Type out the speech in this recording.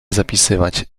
zapisywać